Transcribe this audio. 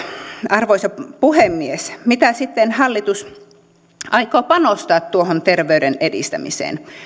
arvoisa puhemies mitä sitten hallitus aikoo panostaa tuohon terveyden edistämiseen